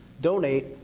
donate